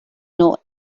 know